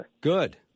Good